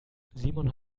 simon